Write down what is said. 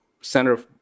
Center